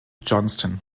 johnston